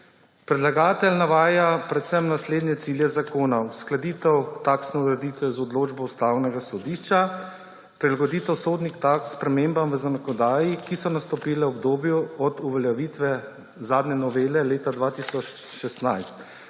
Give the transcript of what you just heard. Predlagatelj navaja predvsem naslednje cilje zakona. Uskladitev taksne ureditve z odločbo Ustavnega sodišča, prilagoditev sodnih taks spremembam v zakonodaji, ki so nastopile v obdobju od uveljavitve zadnje novele leta 2016